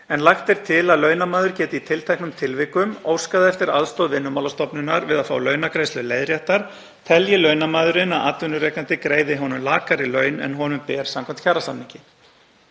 en lagt er til að launamaður geti í tilteknum tilvikum óskað eftir aðstoð Vinnumálastofnunar við að fá launagreiðslur leiðréttar telji launamaðurinn að atvinnurekandi greiði honum lakari laun en honum ber samkvæmt kjarasamningi.